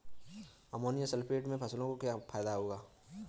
Ammonium sulphate से फसलों को क्या फायदा होगा?